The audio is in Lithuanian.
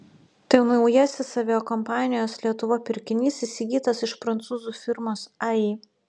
tai naujasis aviakompanijos lietuva pirkinys įsigytas iš prancūzų firmos ai